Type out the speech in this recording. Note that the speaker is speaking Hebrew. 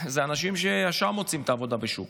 אלה אנשים שישר מוצאים עבודה בשוק.